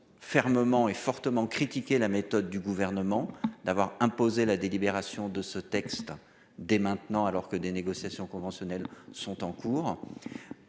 Fermement et fortement critiqué la méthode du gouvernement d'avoir imposé la délibération de ce texte dès maintenant alors que des négociations conventionnelles sont en cours.